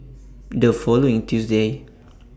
The following Tuesday